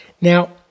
Now